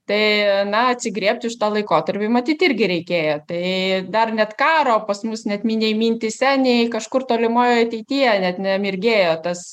tai na atsigriebt už tą laikotarpį matyt irgi reikėjo tai dar net karo pas mus net minėj mintyse nei kažkur tolimoje ateityje net nemirgėjo tas